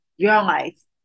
realize